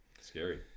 Scary